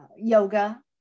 yoga